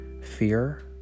Fear